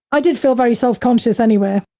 i did feel very self-conscious anywhere.